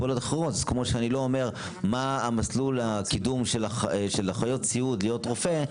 אז כמו שאני לא אומר מה מסלול הקידום של אחיות סיעוד להיות רופא,